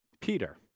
Peter